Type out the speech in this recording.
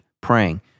praying